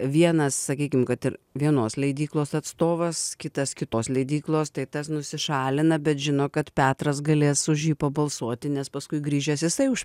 vienas sakykim kad ir vienos leidyklos atstovas kitas kitos leidyklos tai tas nusišalina bet žino kad petras galės už jį pabalsuoti nes paskui grįžęs jisai už